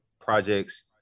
projects